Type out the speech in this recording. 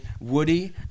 Woody